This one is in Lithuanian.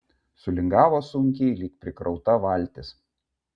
sulingavo sunkiai lyg prikrauta valtis